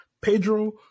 pedro